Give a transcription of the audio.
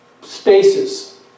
spaces